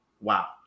wow